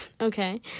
okay